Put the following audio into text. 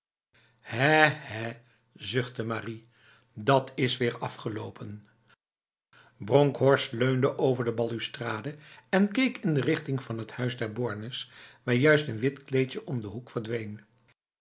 zuchtte marie dat is alweer afgelopen bronkhorst leunde over de balustrade en keek in de richting van het huis der bornes waar juist een wit kleedje om de hoek verdween